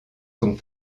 sont